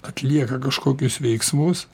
atlieka kažkokius veiksmus